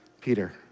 Peter